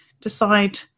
decide